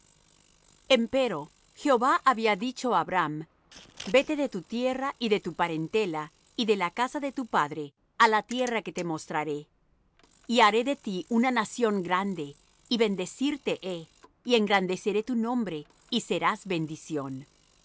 empero jehová había dicho á abram vete de tu tierra y de tu parentela y de la casa de tu padre á la tierra que te mostraré y haré de ti una nación grande y bendecirte he y engrandeceré tu nombre y serás bendición